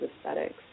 Aesthetics